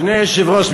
אדוני היושב-ראש,